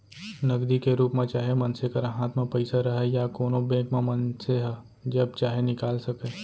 नगदी के रूप म चाहे मनसे करा हाथ म पइसा रहय या कोनों बेंक म मनसे ह जब चाहे निकाल सकय